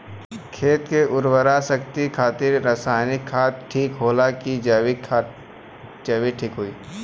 खेत के उरवरा शक्ति खातिर रसायानिक खाद ठीक होला कि जैविक़ ठीक होई?